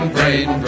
Brain